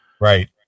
Right